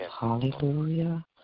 hallelujah